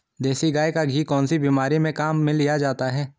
देसी गाय का घी कौनसी बीमारी में काम में लिया जाता है?